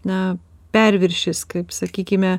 na perviršis kaip sakykime